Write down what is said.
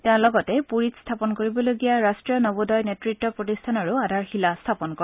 তেওঁ লগতে পূৰীত স্থাপন কৰিবলগীয়া ৰাট্টীয় নবোদয় নেতৃত্ব প্ৰতিষ্ঠানৰো আধাৰশিলা স্থাপন কৰে